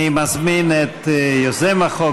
אני מזמין את יוזם החוק,